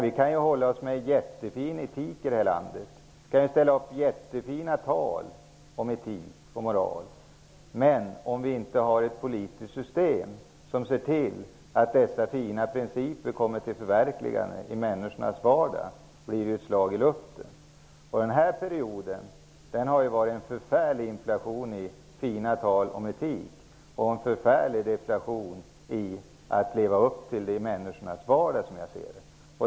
Vi kan hålla oss med en jättefin etik i det här landet och hålla jättefina tal om etik och moral. Men om det inte finns ett politiskt system som ser till att dessa fina principer kommer till förverkligande i människornas vardag blir det bara ett slag i luften. Under denna period har det varit en förfärlig inflation i fina tal om etik och en förfärlig deflation i att leva upp till människors vardag.